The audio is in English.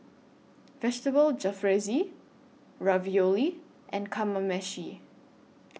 Vegetable Jalfrezi Ravioli and Kamameshi